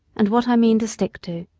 and what i mean to stick to.